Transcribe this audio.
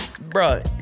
Bro